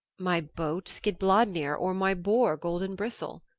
my boat skidbladnir or my boar golden bristle,